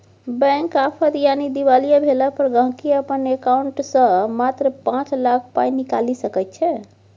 bank आफद यानी दिवालिया भेला पर गांहिकी अपन एकांउंट सँ मात्र पाँच लाख पाइ निकालि सकैत छै